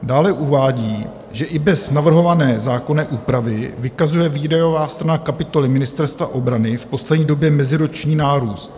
Dále uvádí, že i bez navrhované zákonné úpravy vykazuje výdajová strana kapitoly Ministerstva obrany v poslední době meziroční nárůst.